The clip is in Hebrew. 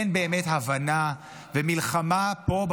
אין באמת הבנה ומלחמה פה,